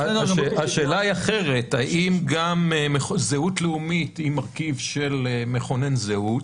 השאלה היא אחרת: האם גם זהות לאומית היא מרכיב מכונן זהות